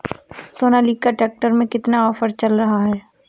Sonalika tractor में कितना offer चल रहा है?